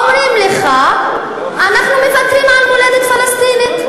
אומרים לך שאנחנו מוותרים על מולדת פלסטינית.